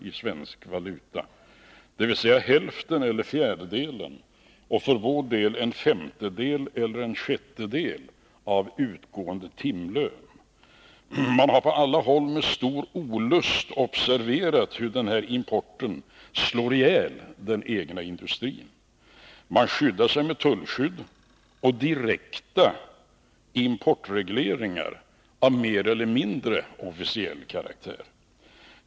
i svensk valuta, dvs. hälften eller en fjärdedel av timlönen i andra länder och för vår del en femtedel eller en sjättedel av utgående timlön. Man har på alla håll med stor olust observerat hur den importen slår ihjäl den egna industrin. Man skyddar sig med tullar och direkta importregleringar av mer eller mindre officiell karaktär.